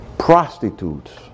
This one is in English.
prostitutes